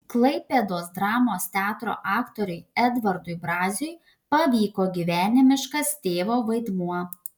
klaipėdos dramos teatro aktoriui edvardui braziui pavyko gyvenimiškas tėvo vaidmuo